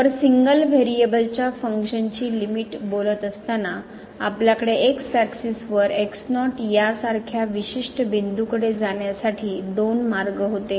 तर सिंगल व्हेरिएबलच्या फंक्शनची लिमिट बोलत असताना आपल्याकडे x axis वर यासारख्या विशिष्ट बिंदूकडे जाण्यासाठी दोन मार्ग होते